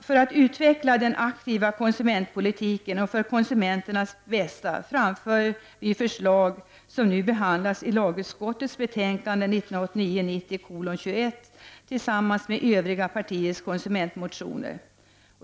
För att utveckla den aktiva konsumentpolitiken och för konsumentens bästa, framför vi förslag som nu behandlas i lagutskottets betänkande 1989/90:21 tillsammans med förslagen i övriga partiers konsumentmotioner.